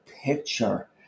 picture